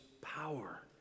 power